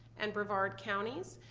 and brevard counties.